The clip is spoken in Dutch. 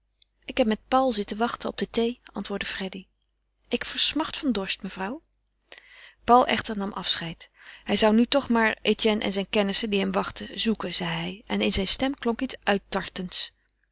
ik heb met paul zitten wachten op de thee antwoordde freddy ik versmacht van dorst mevrouw paul echter nam afscheid hij zou nu toch maar etienne en zijne kennissen die hem wachtten zoeken zeide hij en in zijn stem klonk iets